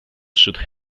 should